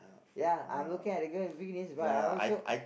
ya I'm looking at the girl weekdays but I also